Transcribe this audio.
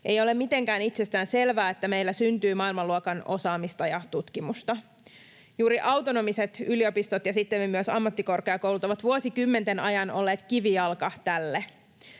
Ei ole mitenkään itsestäänselvää, että meillä syntyy maailmanluokan osaamista ja tutkimusta. Juuri autonomiset yliopistot ja sittemmin myös ammattikorkeakoulut ovat vuosikymmenten ajan olleet kivijalka tälle.